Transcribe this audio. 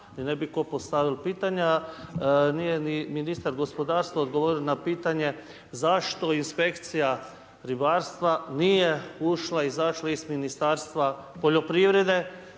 ne bi tko postavio pitanja. Nije ni ministar gospodarstva odgovorio na pitanje, zašto inspekcija ribarstva nije ušla i izašla iz Ministarstva poljoprivrede